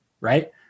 Right